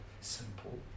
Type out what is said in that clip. simple